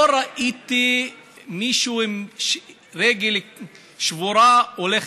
לא ראיתי מישהו עם רגל שבורה הולך.